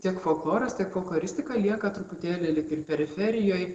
tiek folkloras tiek folkloristika lieka truputėlį lyg ir periferijoj